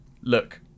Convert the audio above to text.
look